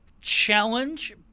challenge